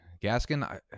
Gaskin